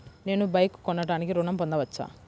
నేను బైక్ కొనటానికి ఋణం పొందవచ్చా?